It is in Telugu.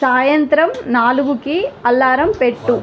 సాయంత్రం నాలుగుకి అలారం పెట్టు